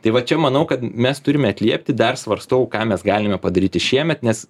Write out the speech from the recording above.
tai va čia manau kad mes turime atliepti dar svarstau ką mes galime padaryti šiemet nes